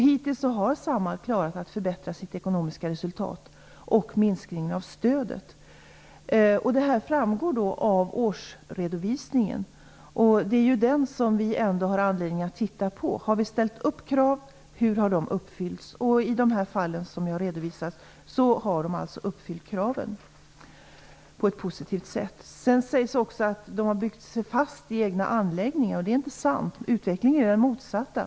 Hittills har Samhall klarat att förbättra sitt ekonomiska resultat och minskningen av stödet. Detta framgår av årsredovisningen. Det är den som vi ändå har anledning att titta på. Har vi ställt upp krav? Hur har de uppfyllts? I de fall som jag har redovisat har Samhall uppfyllt kraven på ett positivt sätt. Det sägs också att man har byggt sig fast i egna anläggningar. Det är inte sant. Utvecklingen är den motsatta.